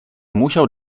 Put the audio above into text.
musiał